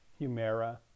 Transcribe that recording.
Humera